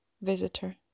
Visitor